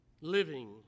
living